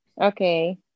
Okay